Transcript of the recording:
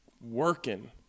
working